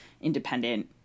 independent